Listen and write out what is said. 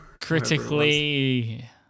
Critically